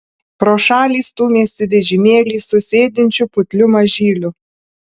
pro šalį stūmėsi vežimėlį su sėdinčiu putliu mažyliu